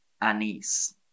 anise